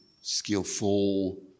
skillful